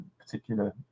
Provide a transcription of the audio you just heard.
particular